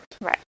Right